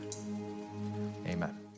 Amen